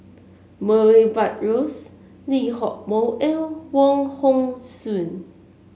Murray Buttrose Lee Hock Moh and Wong Hong Suen